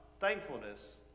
thankfulness